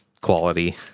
quality